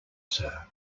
sir